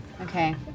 Okay